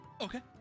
Okay